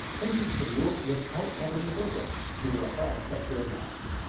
princes could rule without meddling bishops, who were above secular laws.